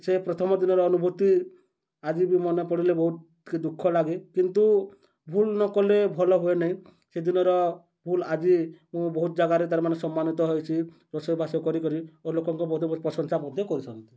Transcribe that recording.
ସେ ପ୍ରଥମ ଦିନର ଅନୁଭୂତି ଆଜି ବି ମନେ ପଡ଼ିଲେ ବହୁତ ଦୁଃଖ ଲାଗେ କିନ୍ତୁ ଭୁଲ ନକଲେ ଭଲ ହୁଏ ନାହିଁ ସେଦିନର ଭୁଲ ଆଜି ମୁଁ ବହୁତ ଜାଗାରେ ତା'ର ମାନେ ସମ୍ମାନିତ ହୋଇଛି ରୋଷେଇବାସ କରି କରି ଓ ଲୋକଙ୍କୁ ବହୁତ ପ୍ରଶଂସା ମଧ୍ୟ କରିଛନ୍ତି